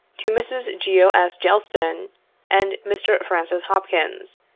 to mrs. geo. s. gelston and mr. francis hopkins,